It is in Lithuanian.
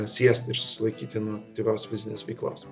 siestą ir susilaikyti nuo aktyvios fizinės veiklos